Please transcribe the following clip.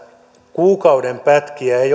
kuukauden pätkiä ei